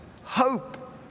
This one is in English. hope